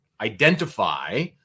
identify